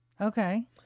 Okay